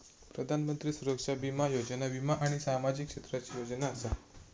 प्रधानमंत्री सुरक्षा बीमा योजना वीमा आणि सामाजिक क्षेत्राची योजना असा